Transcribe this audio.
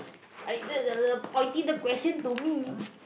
I pointing the question to me